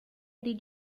did